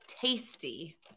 tasty